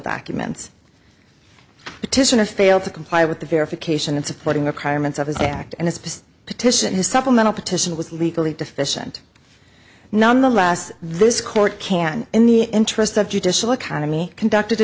documents petitioner failed to comply with the verification and supporting acquirements of his act and it's just a petition his supplemental petition was legally deficient none the less this court can in the interest of judicial economy conducted